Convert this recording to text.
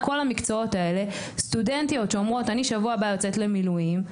כל המקצועות האלה סטודנטיות שאומרות - אני שבוע הבא יוצאת למילואים.